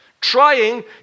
trying